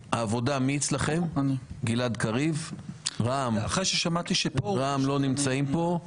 כהן; העבודה גלעד קריב; רע"מ לא נמצאים פה,